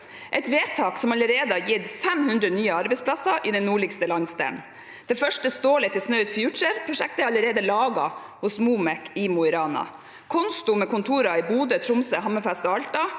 et vedtak som allerede har gitt 500 nye arbeidsplasser i den nordligste landsdelen? Det første stålet til Snøhvit Future-prosjektet er allerede laget hos MOMEK i Mo i Rana. Consto, med kontorer i Bodø, Tromsø, Hammerfest og Alta,